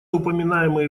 упоминаемый